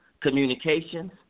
Communications